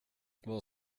vad